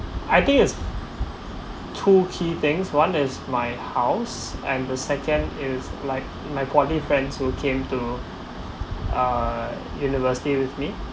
I think is two key things one is my house and the second is like my poly friends who came to err university with me